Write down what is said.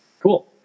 Cool